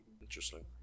Interesting